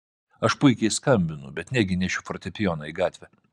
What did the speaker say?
aš puikiai skambinu bet negi nešiu fortepijoną į gatvę